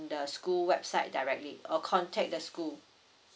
the school website directly or contact the school